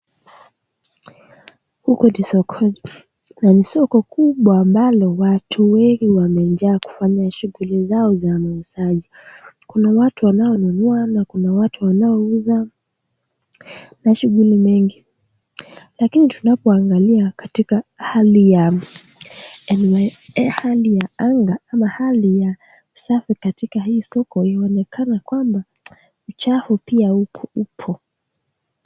Huku ni sokoni na ni soko kubwa ambako watu wangi wamekuja kufanya shughuli za uuzaji kuna watu wamenunua na kuna watu wanaouza na shughuli mengi lakini tunapo angalia katika hali ya (environment) hali ya anga ama hali ya usafi katika hii soko inaoneka ya kwamba uchafu pia hupo.